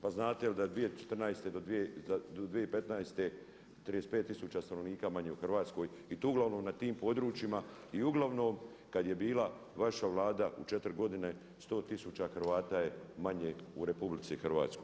Pa znate li da je 2014. do 2015. 35 tisuća stanovnika manje u Hrvatskoj i to uglavnom na tim područjima i uglavnom kada je bila vaša Vlada u 4 godine 100 tisuća Hrvata je manje u RH.